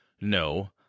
No